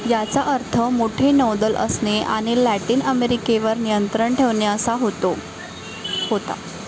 याचा अर्थ मोठे नौदल असणे आणि लॅटीन अमेरिकेवर नियंत्रण ठेवणे असा होतो होता